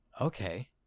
okay